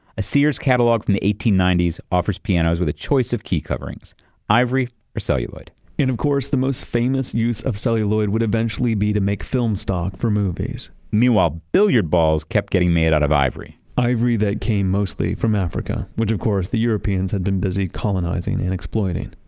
a sears catalog from the eighteen ninety s offers pianos with a choice of key coverings ivory or celluloid and of course, the most famous use of celluloid would eventually be to make film stock for movies meanwhile, billiard balls kept getting made out of ivory ivory that came mostly from africa, which of course the europeans had been busy colonizing and exploiting.